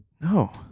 No